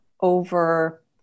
over